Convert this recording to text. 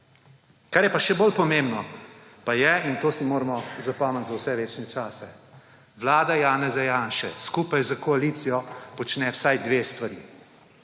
Kar je pa še bolj pomembno, pa je, in to si moramo zapomnit za vse večne čase, vlada Janeza Janše skupaj z koalicijo počne vsaj dve stvari,